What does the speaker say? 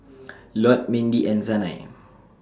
Lott Mindy and Sanai